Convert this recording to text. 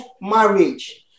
marriage